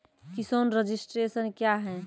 किसान रजिस्ट्रेशन क्या हैं?